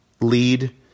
lead